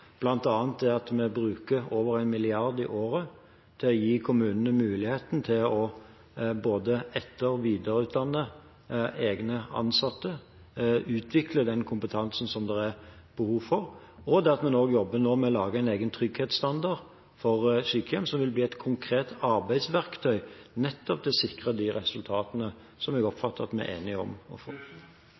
vi over 1 mrd. kr i året til å gi kommunene muligheten til både å etter- og videreutdanne egne ansatte, utvikle den kompetansen som det er behov for, og ved at vi nå jobber med å lage en egen trygghetsstandard for sykehjem som vil bli et konkret arbeidsverktøy, nettopp for å sikre de resultatene som jeg oppfatter at vi er enige om.